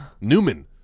Newman